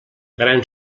gran